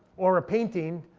or a painting.